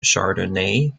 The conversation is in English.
chardonnay